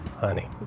Honey